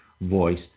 voice